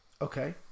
okay